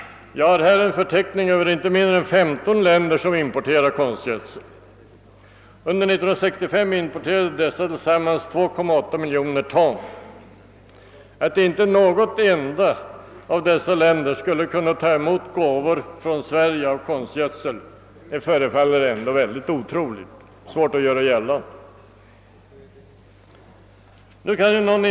Jag har här en förteckning över inte mindre än 15 länder som importerat konstgödsel; de importerade under år 1965 tillsammans 2,8 miljoner ton. Att inte något enda av dessa länder skulle kunna ta emot gåvor från Sverige av konstgödsel förefaller otroligt — det går väl helt enkelt inte att göra något sådant gällande.